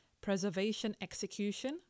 preservation-execution